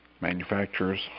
manufacturers